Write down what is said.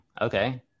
okay